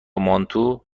مانتو، با